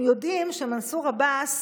הם יודעים שמנסור עבאס